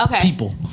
People